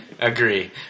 Agree